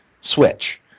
switch